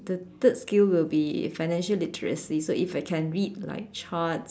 the third skill will be financial literacy so if I can read like charts